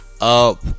up